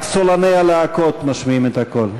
שקט, רק סולני הלהקות משמיעים את הקול,